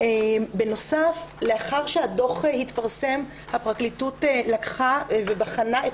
לאחר שהדוח התפרסם הפרקליטות בחנה את